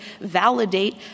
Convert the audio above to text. validate